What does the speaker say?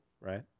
Right